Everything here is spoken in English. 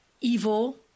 evil